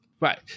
Right